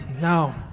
no